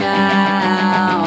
now